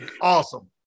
awesome